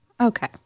Okay